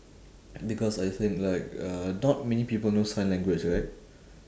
because I think like uh not many people know sign language right